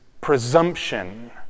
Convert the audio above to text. presumption